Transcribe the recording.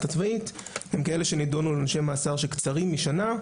הצבאית הם כאלה שנידונו לעונשי מאסר קצרים משנה,